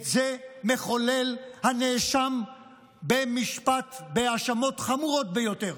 את זה מחולל הנאשם במשפט בהאשמות חמורות ביותר.